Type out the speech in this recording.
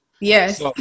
Yes